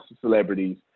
celebrities